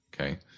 Okay